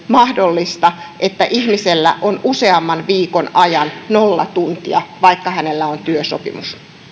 mahdollista että ihmisellä on useamman viikon ajan nolla tuntia vaikka hänellä on työsopimus